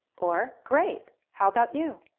or great. how about you?